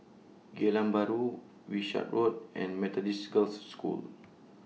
Geylang Bahru Wishart Road and Methodist Girls' School